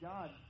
God